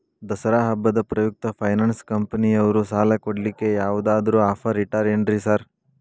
ದಸರಾ ಹಬ್ಬದ ಪ್ರಯುಕ್ತ ಫೈನಾನ್ಸ್ ಕಂಪನಿಯವ್ರು ಸಾಲ ಕೊಡ್ಲಿಕ್ಕೆ ಯಾವದಾದ್ರು ಆಫರ್ ಇಟ್ಟಾರೆನ್ರಿ ಸಾರ್?